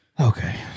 Okay